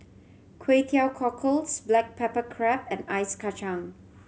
Kway Teow Cockles black pepper crab and ice kacang